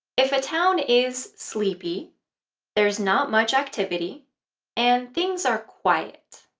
if a town is sleepy there's not much activity and things are quiet.